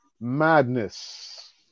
madness